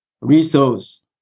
resource